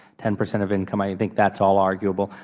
ten percent of income, i think that's all arguable.